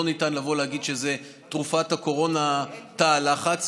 ולא ניתן לבוא ולהגיד שתרופת הקורונה היא תא לחץ.